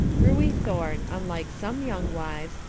ruey thorne, unlike some young wives,